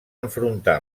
enfrontar